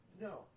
No